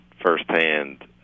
firsthand